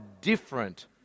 different